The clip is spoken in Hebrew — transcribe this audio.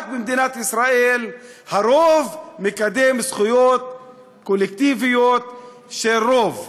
רק במדינת ישראל הרוב מקדם זכויות קולקטיביות של רוב.